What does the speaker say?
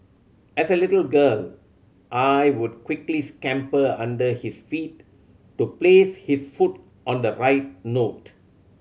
as a little girl I would quickly scamper under his feet to place his foot on the right note